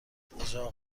اجاق